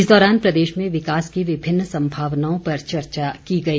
इस दौरान प्रदेश में विकास की विभिन्न संभावनाओं पर चर्चा की गई